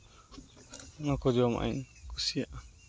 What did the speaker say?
ᱚᱱᱟ ᱠᱚ ᱡᱚᱢᱟᱜ ᱤᱧ ᱠᱩᱥᱤᱭᱟᱜᱼᱟ